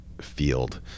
field